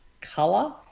color